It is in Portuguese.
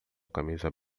camisa